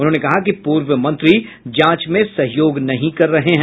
उन्होंने कहा कि पूर्व मंत्री जांच में सहयोग नहीं कर रहे हैं